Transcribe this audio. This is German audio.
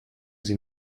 sie